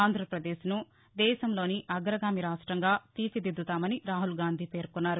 ఆంధ్రప్రదేశ్ను దేశంలోని అగ్రగామి రాష్ట్రంగా తీర్చిదిద్దుతామని రాహుల్గాంధీ పేర్కొన్నారు